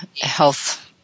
health